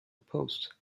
post